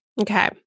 Okay